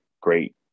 great –